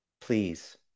please